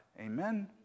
Amen